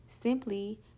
simply